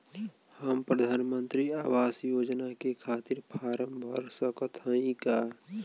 हम प्रधान मंत्री आवास योजना के खातिर फारम भर सकत हयी का?